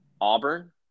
Auburn